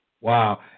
Wow